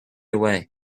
away